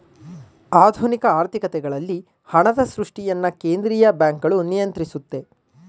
ಆಧುನಿಕ ಆರ್ಥಿಕತೆಗಳಲ್ಲಿ ಹಣದ ಸೃಷ್ಟಿಯನ್ನು ಕೇಂದ್ರೀಯ ಬ್ಯಾಂಕ್ಗಳು ನಿಯಂತ್ರಿಸುತ್ತೆ